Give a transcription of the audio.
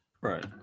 right